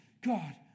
God